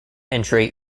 entry